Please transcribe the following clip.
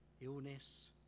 illness